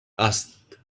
asked